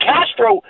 Castro